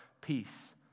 peace